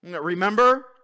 Remember